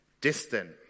distant